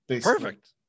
perfect